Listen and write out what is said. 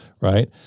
right